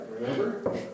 remember